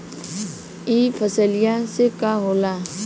ई फसलिया से का होला?